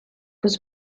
was